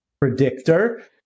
predictor